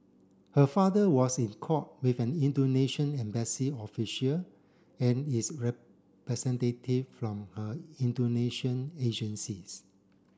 her father was in court with an Indonesian embassy official and is representative from her Indonesian agencies